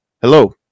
hello